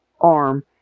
arm